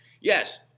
Yes